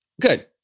Good